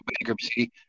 bankruptcy